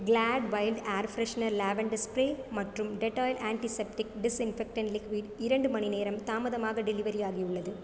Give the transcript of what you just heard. Glade wild air freshener lavender spray மற்றும் Dettol antiseptic disinfectant liquid இரண்டு மணிநேரம் தாமதமாக டெலிவரி ஆகியுள்ளது